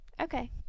okay